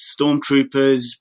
Stormtroopers